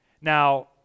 Now